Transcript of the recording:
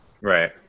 Right